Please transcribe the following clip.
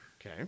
Okay